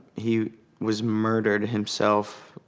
he was murdered himself